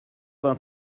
vingt